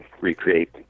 recreate